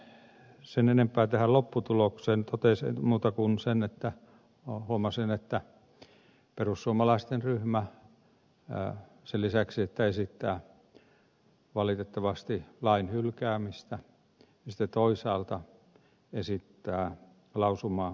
en sen enempää tästä lopputuloksesta totea muuta kuin sen että huomasin että perussuomalaisten ryhmä sen lisäksi että esittää valitettavasti lain hylkäämistä sitten toisaalta esittää lausumaan pientä muutosta